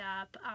up